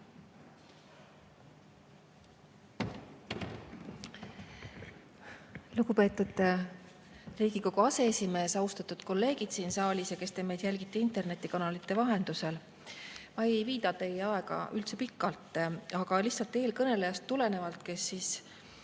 Lugupeetud Riigikogu aseesimees! Austatud kolleegid siin saalis ja kes te meid jälgite internetikanalite vahendusel! Ma ei viida teie aega üldse pikalt, aga erinevalt eelkõnelejast, kes